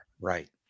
right